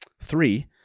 three